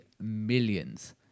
millions